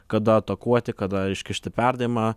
kada atakuoti kada iškišti perdavimą